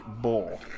bull